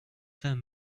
them